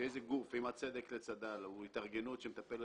שאיזה גוף או התארגנות שמטפלת